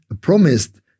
promised